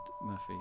Murphy